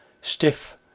stiff